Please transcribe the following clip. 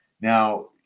now